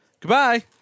Goodbye